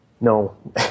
no